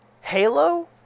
Halo